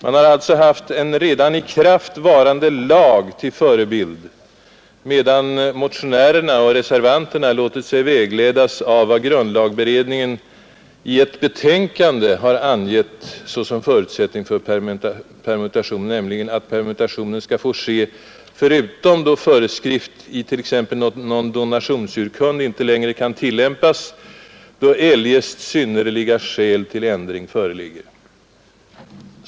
Han har alltså haft en redan i kraft varande lag till förebild, medan motionärerna och reservanterna låtit sig vägledas av vad grundlagberedningen i ett betänkande har angett såsom förutsättning för permutation, nämligen att permutationen skall få ske, förutom då föreskrift i t.ex. någon donationsurkund inte längre kan tillämpas, då eljest synnerliga skäl till ändring föreligger.